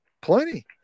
Plenty